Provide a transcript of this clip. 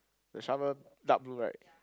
the shovel dark blue right